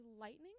lightning